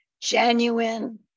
genuine